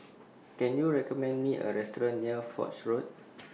Can YOU recommend Me A Restaurant near Foch Road